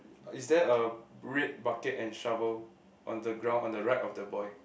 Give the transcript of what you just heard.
is there a red bucket and shovel on the ground on the right of the boy